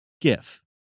GIF